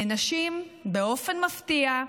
לנשים, באופן מפתיע,